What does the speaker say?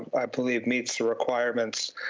i believe meets the requirements.